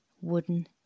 wooden